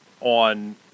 on